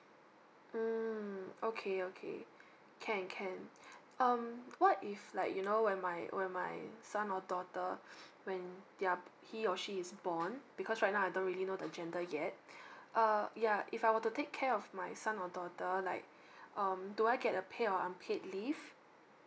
mm okay okay can can um what if like you know when my when my son or daughter when they're he or she is born because right now I don't really know the gender yet uh yeah if I were to take care of my son or daughter like um do I get the paid or unpaid leave